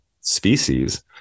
species